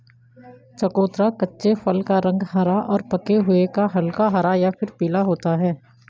चकोतरा कच्चे फल का रंग हरा और पके हुए का हल्का हरा या फिर पीला होता है